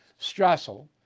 Strassel